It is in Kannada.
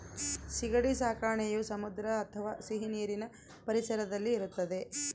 ಸೀಗಡಿ ಸಾಕಣೆಯು ಸಮುದ್ರ ಅಥವಾ ಸಿಹಿನೀರಿನ ಪರಿಸರದಲ್ಲಿ ಇರುತ್ತದೆ